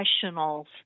professionals